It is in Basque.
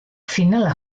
finala